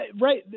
right